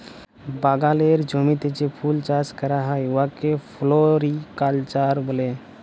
বাগালের জমিতে যে ফুল চাষ ক্যরা হ্যয় উয়াকে ফোলোরিকাল্চার ব্যলে